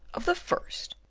of the first?